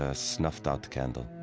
ah snuffed-out candle.